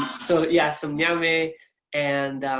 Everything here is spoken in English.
so yeah some yummy and